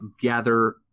gather